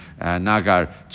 Nagar